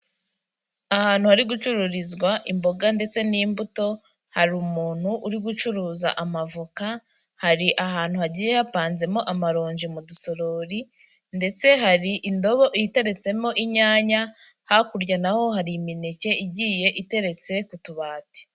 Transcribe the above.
Ahantu hari gucururizwa imboga ndetse n'imbuto, hari umuntu uri gucuruza amavoka, hari ahantu hagiye hapanzemo amaronji mu dusorori ndetse hari indobo iteretsemo inyanya, hakurya naho hari imineke igiye iteretse ku tubati.